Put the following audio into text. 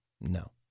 No